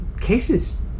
cases